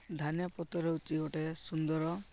ଧନିଆ ପତର୍ ହେଉଛି ଗୋଟେ ସୁନ୍ଦର